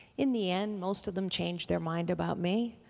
in the end most of them changed their mind about me,